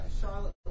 Charlotte